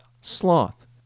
sloth